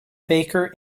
baker